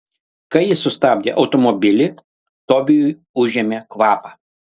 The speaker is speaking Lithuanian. kai ji sustabdė automobilį tobijui užėmė kvapą